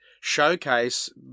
showcase